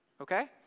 Okay